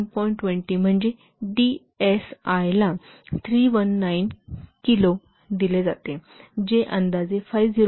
20 म्हणजे डीएसआयला 319 किलो दिले जाते जे अंदाजे 50